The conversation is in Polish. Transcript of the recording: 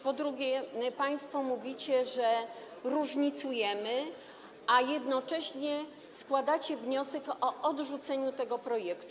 Po drugie, państwo mówicie, że różnicujemy, a jednocześnie składacie wniosek o odrzucenie tego projektu.